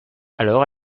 alors